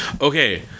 Okay